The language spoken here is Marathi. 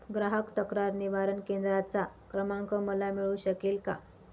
ग्राहक तक्रार निवारण केंद्राचा क्रमांक मला मिळू शकेल का?